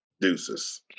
deuces